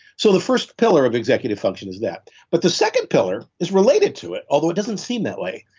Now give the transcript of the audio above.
so the first pillar of executive function is that but the second pillar is related to it although it doesn't seem that way.